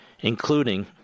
including